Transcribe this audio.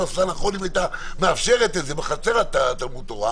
עושה נכון אם היא הייתה מאפשרת בחצר תלמוד תורה